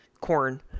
corn